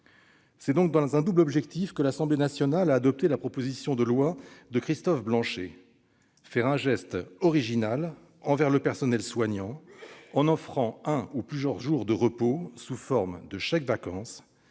C'est donc dans un double objectif que l'Assemblée nationale a adopté la proposition de loi de Christophe Blanchet : faire un geste original envers le personnel soignant en offrant un ou plusieurs jours de repos sous forme de chèques-vacances